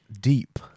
deep